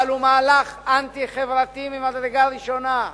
אבל הוא מהלך אנטי-חברתי ממדרגה ראשונה,